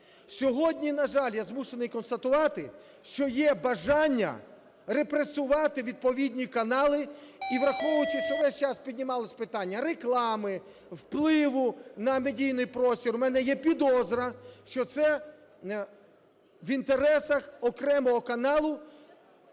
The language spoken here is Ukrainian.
Сьогодні, на жаль, я змушений констатувати, що є бажання репресувати відповідні канали. І враховуючи, що весь час піднімалось питання реклами, впливу на медійний простір, в мене є підозра, що це в інтересах окремого каналу,